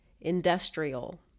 Industrial